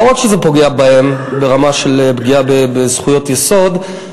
לא רק שזה פוגע בהם ברמה של פגיעה בזכויות יסוד,